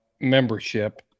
membership